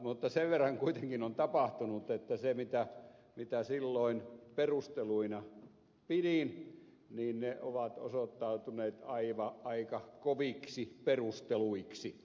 mutta sen verran kuitenkin on tapahtunut että ne mitä silloin perusteluina pidin ovat osoittautuneet aika koviksi perusteluiksi